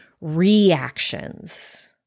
reactions